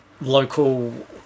local